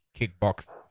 Kickbox